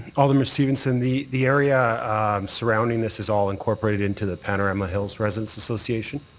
alderman stevenson, the the area surrounding this is all incorporated into the panorama hills residents association.